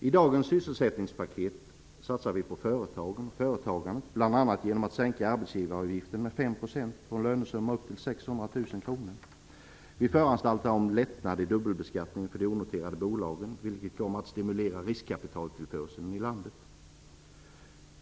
I dagens sysselsättningspaket satsar vi på företagen och företagandet bl.a. genom att arbetsgivaravgiften sänks med 5 % på en lönesumma upp till 600 000 kronor. Vi föranstaltar om lättnader i dubbelbeskattningen för de onoterade bolagen, vilket kommer att stimulera riskkapitaltillförseln i landet.